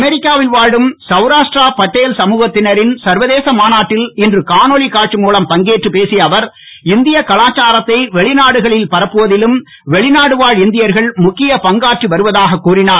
அமெரிக்காவில் வாழும் சவுராஷ்டிர பட்டேல் சமுகத்தினரின் சர்வதேச மாநாட்டில் இன்று காணொலி காட்சி மூலம் பங்கேற்றுப் பேசிய அவர் இந்திய கலாச்சாரத்தை வெளிநாடுகளில் பரப்புவதிலும் வெளிநாடு வாழ் இந்தியர்கள் முக்கிய பங்காற்றி வருவதாக கூறினார்